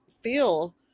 feel